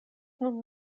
nun